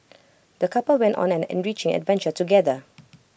the couple went on an enriching adventure together